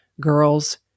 girls